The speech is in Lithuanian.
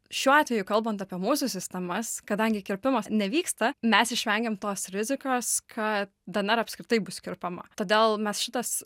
šiuo atveju kalbant apie mūsų sistemas kadangi kirpimas nevyksta mes išvengiam tos rizikos ka dnr apskritai bus kerpama todėl mes šitas